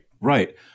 Right